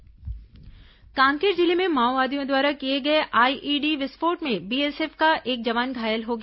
जवान घायल कांकेर जिले में माओवादियों द्वारा किए गए आईईडी विस्फोट में बीएसएफ का एक जवान घायल हो गया